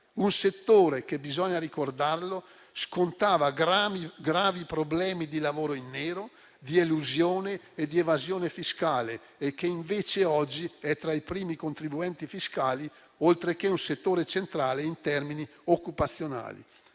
Un settore che - bisogna ricordarlo - scontava gravi problemi di lavoro in nero, di elusione e di evasione fiscale e che invece oggi è tra i primi contribuenti fiscali, oltre ad essere un settore centrale in termini occupazionali.